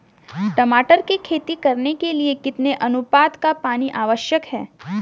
टमाटर की खेती करने के लिए कितने अनुपात का पानी आवश्यक है?